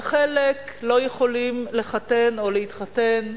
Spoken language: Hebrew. וחלק לא יכולים לחתן או להתחתן,